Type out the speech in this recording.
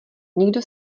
nikdo